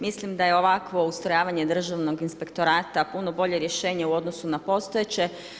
Mislim da je ovakvo ustrojavanje Državnog inspektorata puno bolje rješenje u odnosu na postojeće.